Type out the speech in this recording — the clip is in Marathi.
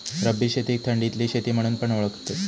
रब्बी शेतीक थंडीतली शेती म्हणून पण ओळखतत